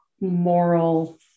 moral